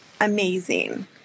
amazing